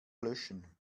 löschen